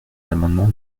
l’amendement